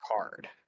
card